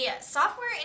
software